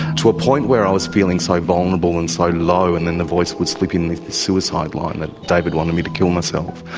to a point where i was feeling so vulnerable and so low, and then the voice would slip in with the suicide line, that david wanted me to kill myself.